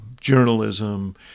journalism